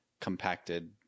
compacted